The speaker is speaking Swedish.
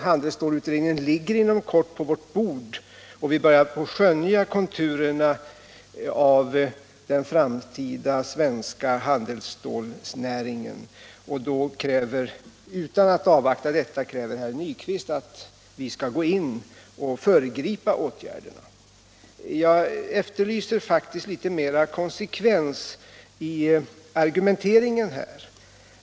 Handelsstålutredningens betänkande ligger inom kort på vårt bord, och vi börjar skönja konturerna av den framtida svenska handelsstålnäringen. Utan att avvakta detta kräver herr Nyquist att vi skall gå in och föregripa åtgärderna. Jag efterlyser faktiskt litet mera konsekvens i argumenteringen.